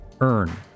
earn